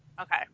okay